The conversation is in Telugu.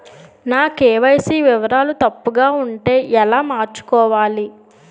నా కే.వై.సీ వివరాలు తప్పుగా ఉంటే ఎలా మార్చుకోవాలి?